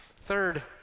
Third